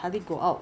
cleanser ah